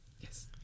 Yes